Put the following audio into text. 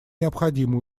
необходимые